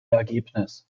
ergebnis